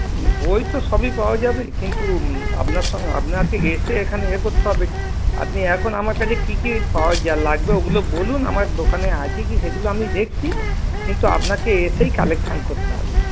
বই তো সবই পাওয়া যাবে কিন্তু আপনার সঙ্গে আপনাকে এসে এখানে এ করতেে হবে আপনি এখন আমার কাছে কী কী পাওয়া যাবে লাগবে ওগুলো বলুন আমার দোকানে আছে কি সেগুলো আমি দেখছি কিন্তু আপনাকে এসেই কালেকশান করতেে হবে